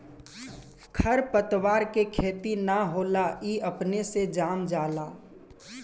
खर पतवार के खेती ना होला ई अपने से जाम जाला